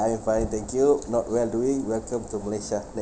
I'm fine thank you not well doing welcome to malaysia